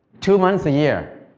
two months a year,